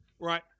Right